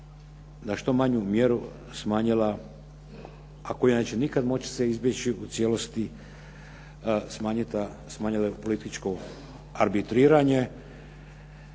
bi što manju mjeru smanjila, a koja neće nikad moći se izbjeći u cijelosti, smanjilo političko arbitriranje,